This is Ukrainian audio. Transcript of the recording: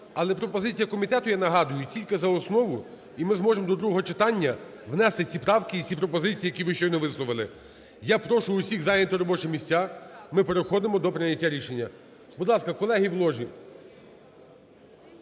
Але пропозиція комітету, я нагадую, тільки за основу і ми зможемо до другого читання внести ці правки і ці пропозиції, які ви щойно висловили. Я прошу усіх зайняти робочі місця, ми переходимо до прийняття рішення. Будь ласка, колеги в ложі,